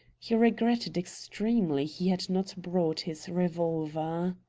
he regretted extremely he had not brought his revolver.